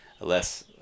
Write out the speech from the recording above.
less